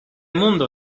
mundo